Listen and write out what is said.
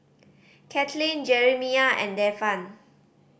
Katelyn Jerimiah and Devan